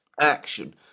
action